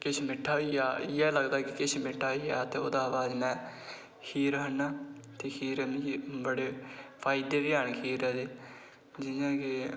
ते किश मिट्ठा होई जा ते किश मिट्ठा होई जा ते उसदे बाद में खीर खन्ना ते खीर मिगी बड़े फायदे दी ऐ खीर ते जियां कि